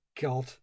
God